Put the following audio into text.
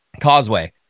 Causeway